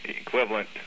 equivalent